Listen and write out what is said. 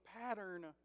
pattern